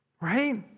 Right